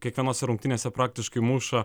kiekvienose rungtynėse praktiškai muša